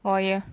我有